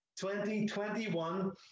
2021